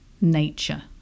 nature